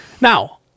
Now